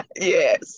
yes